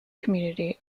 community